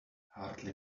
hardly